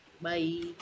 bye